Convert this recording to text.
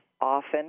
often